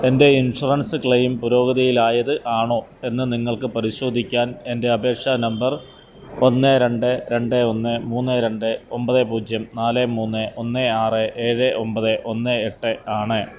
എൻ്റെ insurance claim പുരോഗതിയിലായതാണോ എന്ന് നിങ്ങൾക്ക് പരിശോധിക്കാൻ എൻ്റെ അപേക്ഷാ നമ്പർ ഒന്ന് രണ്ട് രണ്ട് ഒന്ന് മൂന്ന് രണ്ട് ഒൻപത് പൂജ്യം നാല് മൂന്ന് ഒന്ന് ആറ് ഏഴ് ഒൻപത് ഒന്ന് എട്ട് ആണ്